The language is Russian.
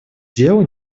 делу